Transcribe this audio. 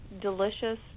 delicious